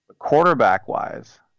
quarterback-wise